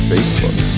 Facebook